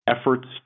efforts